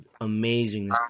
amazing